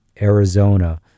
Arizona